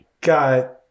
got